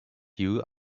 you